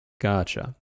Gotcha